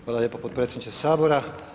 Hvala lijepo potpredsjedniče Sabora.